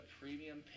premium